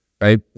right